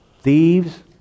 Thieves